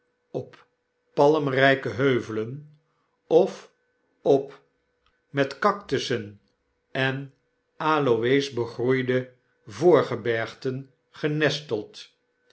op palmryke heuvelen of op met cactussen en aloe's begroeide voorgebergten